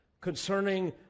concerning